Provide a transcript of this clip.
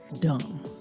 dumb